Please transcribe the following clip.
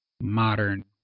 modern